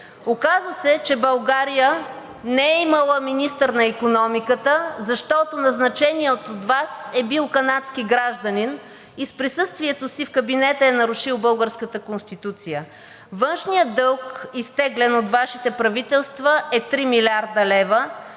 Оказа се, че България не е имала министър на икономиката, защото назначеният от Вас е бил канадски гражданин и с присъствието си в кабинета е нарушил българската Конституция. Външният дълг, изтеглен от Вашите правителства, е 3 млрд. лв.,